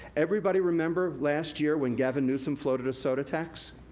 everybody remember last year, when gavin newsom floated his soda tax,